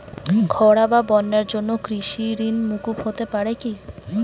খরা বা বন্যার জন্য কৃষিঋণ মূকুপ হতে পারে কি?